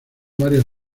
varias